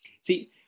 See